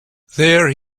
there